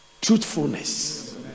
truthfulness